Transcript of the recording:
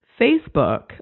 Facebook